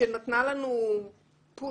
שנתנה לנו פוש